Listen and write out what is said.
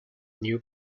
new